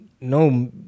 no